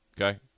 Okay